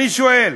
אני שואל: